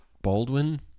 baldwin